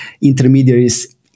intermediaries